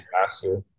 faster